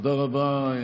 תודה רבה.